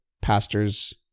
pastor's